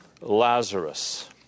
Lazarus